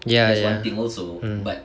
ya ya mm